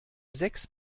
sechs